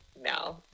no